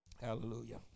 Hallelujah